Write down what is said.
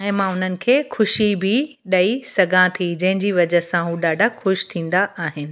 ऐं मां उन्हनि खे ख़ुशी बि ॾेई सघां थी जंहिंजी वजह सां हू ॾाढा ख़ुशि थींदा आहिनि